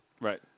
Right